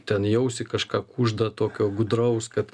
ten į ausį kažką kužda tokio gudraus kad